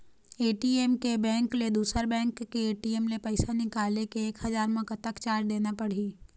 ATM के bank ले दुसर बैंक के ए.टी.एम ले पैसा निकाले ले एक हजार मा कतक चार्ज देना पड़ही?